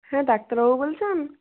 হ্যাঁ ডাক্তারবাবু বলছেন